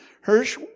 Hirsch